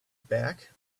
back